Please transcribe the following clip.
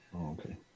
Okay